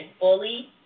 fully